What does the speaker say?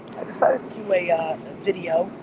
i decided to do a video.